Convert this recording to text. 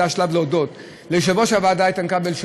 זה השלב להודות ליושב-ראש הוועדה איתן כבל,